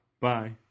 Bye